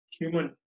human